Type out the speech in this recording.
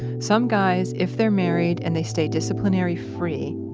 some guys, if they're married, and they stay disciplinary-free,